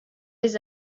les